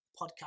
podcast